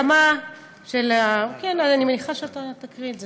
בהסכמה של, כן, אני מניחה שאתה תקרא את זה.